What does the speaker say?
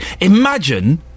imagine